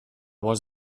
was